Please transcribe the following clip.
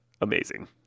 amazing